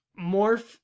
morph